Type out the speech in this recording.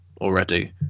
already